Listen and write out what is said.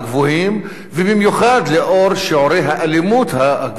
ובמיוחד לאור שיעורי האלימות הגבוהים.